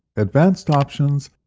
advanced options,